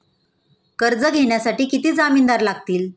कर्ज घेण्यासाठी किती जामिनदार लागतील?